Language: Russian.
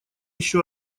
еще